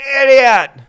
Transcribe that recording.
idiot